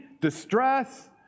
distress